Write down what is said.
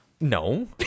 No